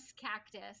cactus